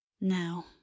Now